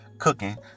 Cooking